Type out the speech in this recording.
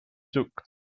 zoekt